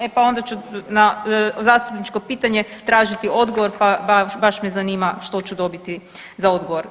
E pa onda ću na zastupničko pitanje tražiti odgovor, baš me zanima što ću dobiti za odgovor.